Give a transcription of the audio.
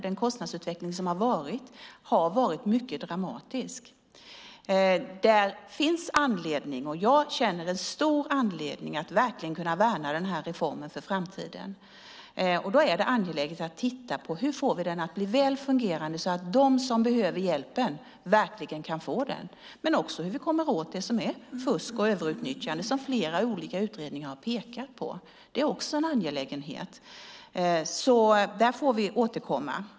Den kostnadsutveckling som har varit har varit mycket dramatisk. Där finns det anledning, och jag känner att det finns en stor anledning, att verkligen värna den här reformen för framtiden. Då är det angeläget att titta på hur vi får den att bli väl fungerande så att de som behöver hjälpen kan få den, men också titta på hur vi kommer åt det som är fusk och överutnyttjande, som flera olika utredningar har pekat på förekommer. Det är angeläget, och där får vi återkomma.